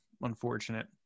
unfortunate